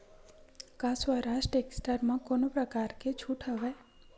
का स्वराज टेक्टर म कोनो प्रकार के छूट हवय?